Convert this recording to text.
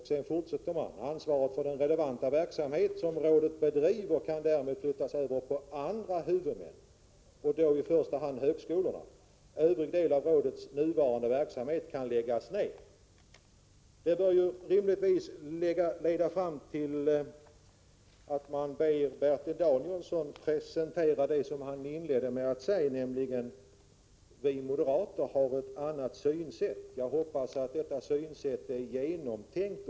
Sedan fortsätter man: ”Ansvaret för den relevanta verksamhet som rådet bedriver kan därmed flyttas över på andra huvudmän, och då i första hand högskolorna. Övrig del av rådets nuvarande verksamhet kan läggas ned.” Det bör rimligtvis leda fram till att man ber Bertil Danielsson presentera det som han inledde med att tala om, nämligen att moderaterna har ett annat synsätt. Jag hoppas att detta synsätt är genomtänkt.